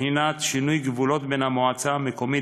בחינת שינוי גבולות בין המועצה המקומית